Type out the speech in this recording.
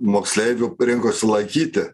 moksleivių rinkosi laikyti